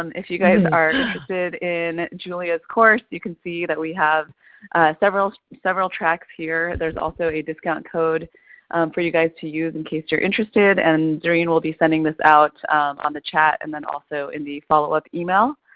um if you guys are interested in julia's course you can see that we have several several tracks here. there's also a discount code for you guys to use in case you are interested and zerreen will be sending this this out on the chat and then also in the follow-up email.